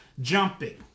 jumping